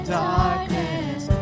darkness